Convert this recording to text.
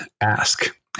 ask